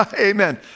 Amen